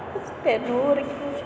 ಅಷ್ಟೇ ನೂರು